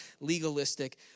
legalistic